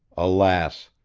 alas!